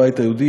הבית היהודי,